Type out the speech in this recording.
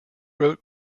wrote